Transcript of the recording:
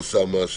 אוסאמה,